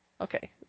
Okay